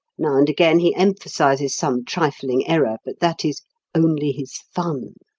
now and again he emphasizes some trifling error, but that is only his fun.